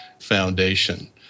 Foundation